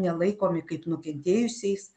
nelaikomi kaip nukentėjusiais